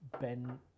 Ben